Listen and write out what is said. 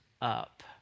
up